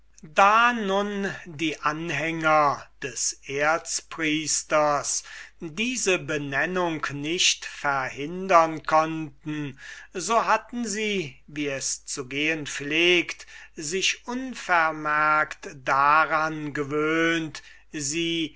da nun die anhänger des erzpriesters diese benennung nicht verhindern konnten so hatten sie wie es zu gehen pflegt sich unvermerkt daran gewöhnt sie